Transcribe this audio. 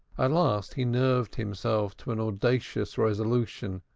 at last he nerved himself to an audacious resolution,